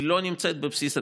לא נמצא בסיס התקציב,